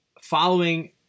following